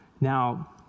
Now